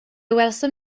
welsom